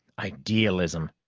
idealism!